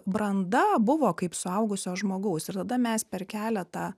branda buvo kaip suaugusio žmogaus ir tada mes per keletą